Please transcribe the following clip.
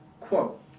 Quote